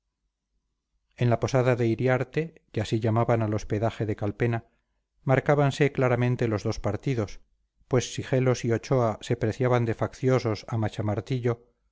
en la posada de iriarte que así llamaban al hospedaje de calpena marcábanse claramente los dos partidos pues si gelos y ochoa se preciaban de facciosos